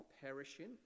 perishing